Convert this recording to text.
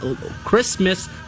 Christmas